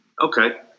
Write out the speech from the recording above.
okay